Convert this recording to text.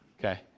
Okay